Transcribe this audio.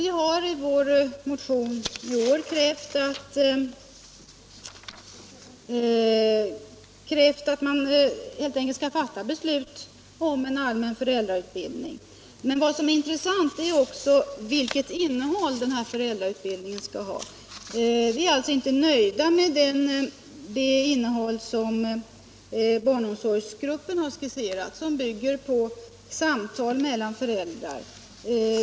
Vi har i vår motion i år krävt beslut om en allmän föräldrautbildning. Intressant är emellertid också vilket innehåll den utbildningen skall ha. Vi är alltså inte nöjda med det innehåll som barnomsorgsgruppen har skisserat och som bygger på samtal mellan föräldrar.